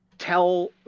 tell